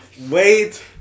Wait